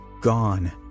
gone